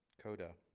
coda